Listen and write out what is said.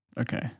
Okay